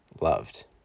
loved